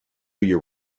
you